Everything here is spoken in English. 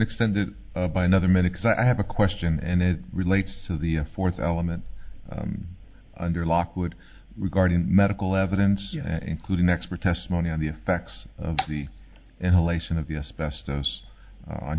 extended by another minutes i have a question and it relates to the fourth element under lockwood regarding medical evidence including expert testimony on the effects of the